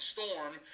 Storm –